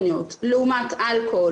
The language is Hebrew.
הזה,